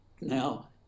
Now